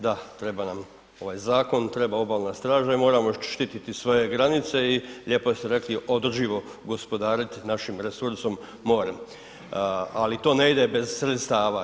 Da, treba nam ovaj zakon, treba nam obalna straža i moramo štititi svoje granice i lijepo ste rekli održivo gospodariti našim resursom morem, ali to ne ide bez sredstava.